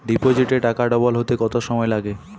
ডিপোজিটে টাকা ডবল হতে কত সময় লাগে?